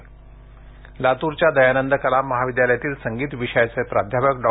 लातर लातूरच्या दयानंद कला महाविद्यालयातील संगीत विषयाचे प्राध्यापक डॉ